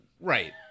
Right